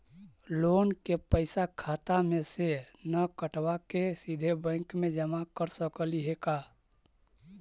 Loan के पैसा खाता मे से न कटवा के सिधे बैंक में जमा कर सकली हे का?